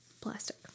Plastic